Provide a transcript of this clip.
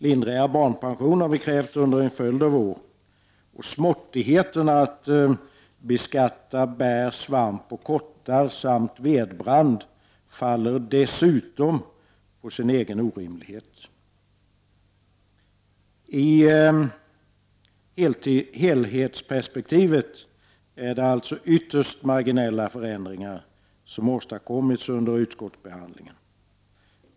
Lindrigare barnpension har vi krävt under en följd av år. Småttigheten att beskatta inkomster av bär, svamp och kottar samt förmånsvärdet av vedbrand faller dessutom på sin egen orimlighet. I helhetsperspektivet är det alltså ytterst marginella förändringar som åstadkommits under utskottsbehandlingen.